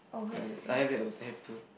I I have al~ I have two